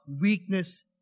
weakness